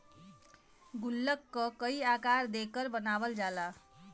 गुल्लक क कई आकार देकर बनावल जाला